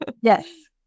Yes